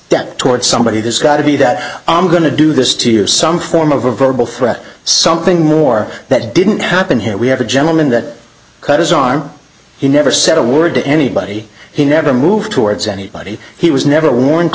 step toward somebody this got to be that i'm going to do this to you some form of a verbal threat something more that didn't happen here we have a gentleman that cut his arm he never said a word to anybody he never moved towards anybody he was never warned to